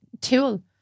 tool